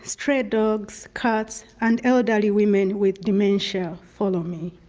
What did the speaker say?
stray dogs, cats, and elderly women with dementia follow me,